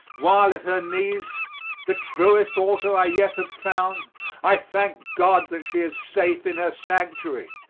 while at her knees the truest altar i yet have found i thank god that she is safe in her sanctuary,